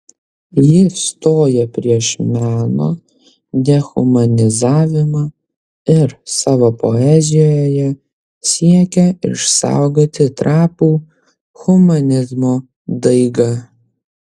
jis stoja prieš meno dehumanizavimą ir savo poezijoje siekia išsaugoti trapų humanizmo daigą